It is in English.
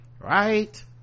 Right